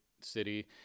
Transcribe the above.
city